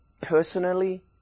personally